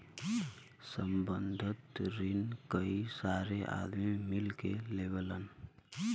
संबंद्ध रिन कई सारे आदमी मिल के लेवलन